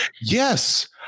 Yes